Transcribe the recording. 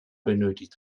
benötigt